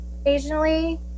occasionally